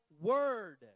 word